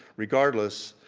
regardless,